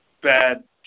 bad